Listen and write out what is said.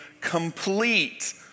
complete